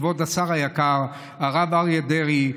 כבוד השר היקר הרב אריה דרעי,